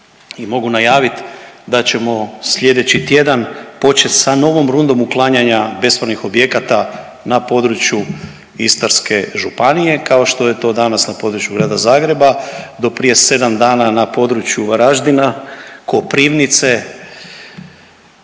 i mogu najaviti da ćemo sljedeći tjedan početi sa novom rundom uklanjanja bespravnih objekata na području Istarske županije kao što je to danas na području grada Zagreba, do prije 7 dana na području Varaždina, Koprivnice.